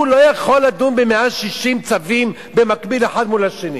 הוא לא יכול לדון ב-160 צווים במקביל אחד מול השני.